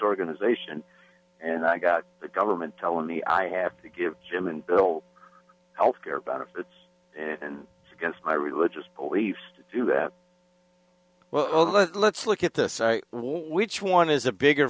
organization and i got the government telling me i have to give jim and bill healthcare benefits and against my religious beliefs to do that well let's look at this which one is a bigger